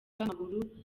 w’amaguru